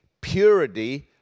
purity